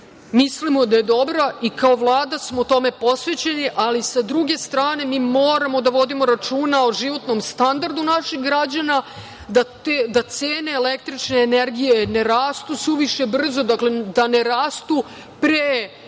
mislimo da je dobra, i kao vlada smo tome posvećeni. Ali, sa druge strane, mi moramo da vodimo računa o životnom standardu naših građana, da cene električne energije, jer ne rastu suviše brzo, dakle da ne rastu pre